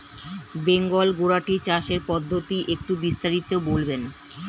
বেঙ্গল গোটারি চাষের পদ্ধতি একটু বিস্তারিত বলবেন?